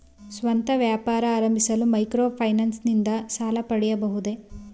ಸ್ವಂತ ವ್ಯಾಪಾರ ಆರಂಭಿಸಲು ಮೈಕ್ರೋ ಫೈನಾನ್ಸ್ ಇಂದ ಸಾಲ ಪಡೆಯಬಹುದೇ?